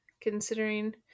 considering